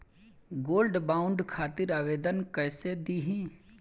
Gold bond खातिर आवेदन कैसे दिही?